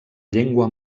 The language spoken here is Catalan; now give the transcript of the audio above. llengua